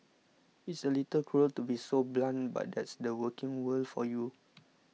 it's a little cruel to be so blunt but that's the working world for you